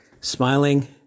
Smiling